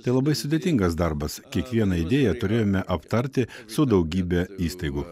tai labai sudėtingas darbas kiekvieną idėją turėjome aptarti su daugybe įstaigų